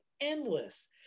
endless